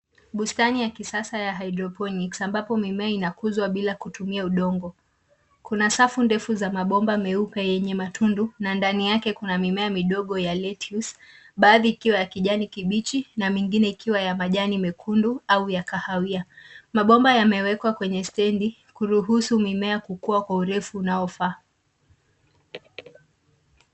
Bustani ya kisasa ya hydroponics ambapo mimea inakuzwa bila kutumia udongo. Kuna safu ndefu za mabomba meupe yenye matundu na ndani yake kuna mimea midogo ya lettuce baadhi ikiwa ya kijani kibichi na mingine ikiwa ya majani mekundu au ya kahawia. Mabomba yamewekwa kwenye stendi kuruhusu mimea kukua kwa urefu unaofaa.